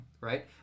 right